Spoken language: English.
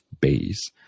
base